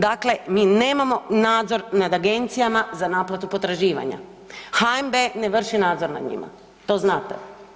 Dakle, mi nemamo nadzor nad agencijama za naplatu potraživanja, HNB ne vrši nadzor nad njima, to znate.